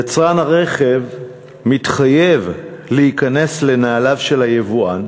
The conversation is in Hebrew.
יצרן הרכב מתחייב להיכנס לנעליו של היבואן